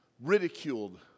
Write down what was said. ridiculed